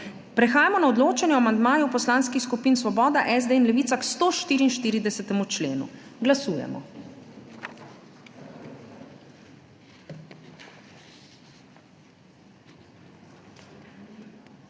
prehajamo na odločanje o amandmaju Poslanskih skupin Svoboda, SD in Levica k 144. členu. Glasujemo.